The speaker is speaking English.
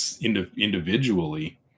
individually